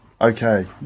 Okay